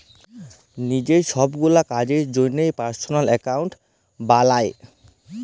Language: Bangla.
লিজের ছবগুলা কাজের জ্যনহে পার্সলাল একাউল্ট বালায়